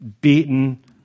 beaten